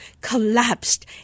collapsed